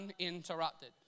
uninterrupted